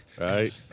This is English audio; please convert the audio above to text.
Right